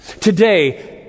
Today